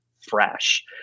fresh